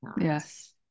Yes